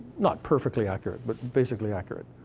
not perfectly accurate, but basically accurate.